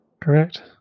Correct